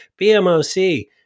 BMOC